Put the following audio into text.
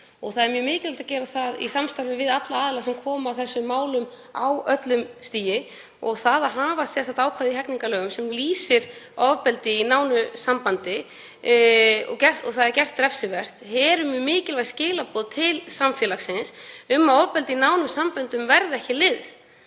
Það er mjög mikilvægt að gera það í samstarfi við alla aðila sem koma að þessum málum á öllum stigum. Að hafa sérstakt ákvæði í hegningarlögum sem lýsir ofbeldi í nánu sambandi, og gerir það refsivert, eru mjög mikilvæg skilaboð til samfélagsins um að ofbeldi í nánum samböndum verði ekki liðið.